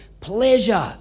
pleasure